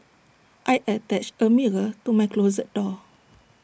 I attached A mirror to my closet door